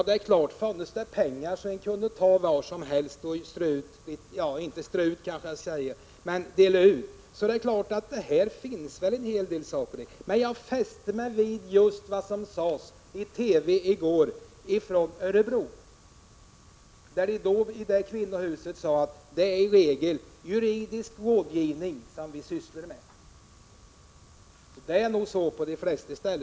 Det är klart att om det funnes pengar så att man kunde dela ut hur mycket som helst, skulle man kunna diskutera att anslå medel också till en sådan, som säkert skulle kunna betyda mycket. Men jag fäste mig vid vad som sades i ett TV-program i går från Örebro som handlade om kvinnohus. En person som arbetade i den verksamheten sade att det i regel var juridisk rådgivning som man sysslade med. Så är det nog i de flesta fall.